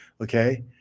okay